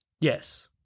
Yes